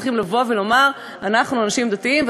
צריכים לומר: אנחנו אנשים דתיים,